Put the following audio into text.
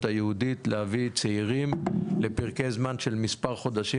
היהודית להביא צעירים לפרקי זמן של מספר חודשים,